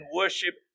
worship